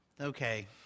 Okay